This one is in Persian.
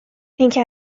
اینکه